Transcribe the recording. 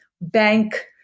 bank